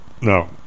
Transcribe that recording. No